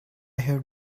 have